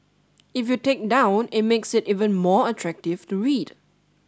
if you take down it makes it even more attractive to read